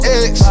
ex